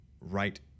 right